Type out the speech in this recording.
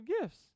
gifts